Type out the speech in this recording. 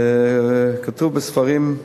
כתוב בספרים: